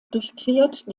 durchquert